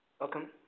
Welcome